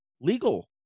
legal